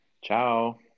Ciao